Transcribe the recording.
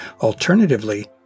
Alternatively